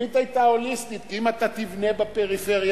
והתוכנית היתה הוליסטית כי אם אתה תבנה בפריפריה,